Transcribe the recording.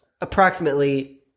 approximately